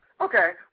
Okay